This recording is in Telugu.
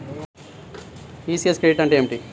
ఈ.సి.యస్ క్రెడిట్ అంటే ఏమిటి?